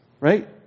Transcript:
right